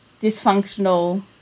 dysfunctional